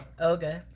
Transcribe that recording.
Okay